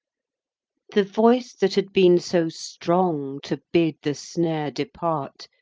the voice that had been so strong to bid the snare depart,